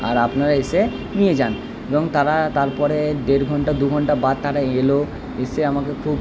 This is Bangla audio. আর আপনারা এসে নিয়ে যান এবং তারা তারপরে দেড় ঘন্টা দু ঘন্টা বাদ তারা এলো এসে আমাকে খুব